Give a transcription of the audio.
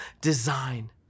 design